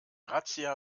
razzia